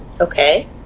Okay